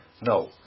No